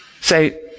say